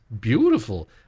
beautiful